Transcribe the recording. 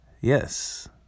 yes